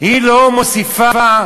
היא שרת המשפטים.